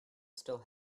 still